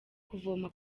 kuvoma